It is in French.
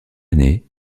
année